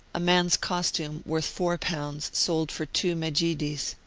a man's costume, worth four pounds, sold for two medjidies,